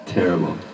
Terrible